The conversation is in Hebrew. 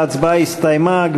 ההצבעה הסתיימה.